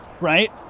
right